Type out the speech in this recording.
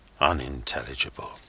Unintelligible